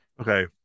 okay